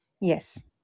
Yes